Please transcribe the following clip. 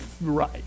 Right